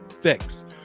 fix